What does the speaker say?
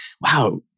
wow